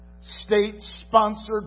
state-sponsored